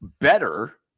better